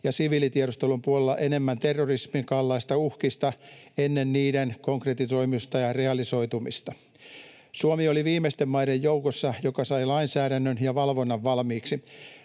ja siviilitiedustelun puolella enemmän terrorismin kaltaisista uhkista ennen niiden konkretisoitumista ja realisoitumista. Suomi oli viimeisten maiden joukossa saamassa lainsäädännön ja valvonnan valmiiksi.